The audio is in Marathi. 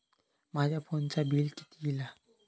माझ्या फोनचा बिल किती इला?